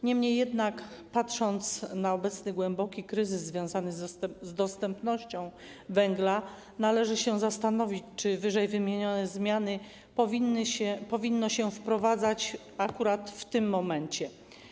Niemniej jednak, patrząc na obecny głęboki kryzys związany z dostępnością węgla, należy się zastanowić, czy wyżej wymienione zmiany powinno się wprowadzać akurat w tym momencie.